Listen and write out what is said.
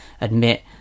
admit